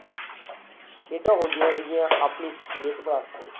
ਖੇਡਾਂ ਹੁੰਦੀਆਂ ਸੀਗੀਆਂ ਆਪਣੀ ਸਿਹਤ ਵਾਸਤੇ